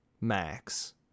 Max